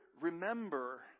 remember